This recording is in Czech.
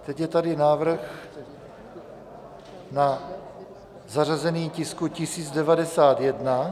Teď je tady návrh na zařazení tisku 1091.